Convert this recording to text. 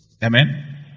Amen